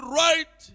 right